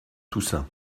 toussaint